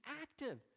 active